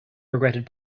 regretted